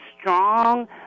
strong